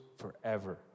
Forever